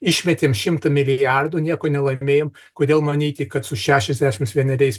išmetėm šimtą milijardų nieko nelaimėjom kodėl manyti kad su šešiasdešims vieneriais